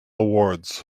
awards